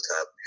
top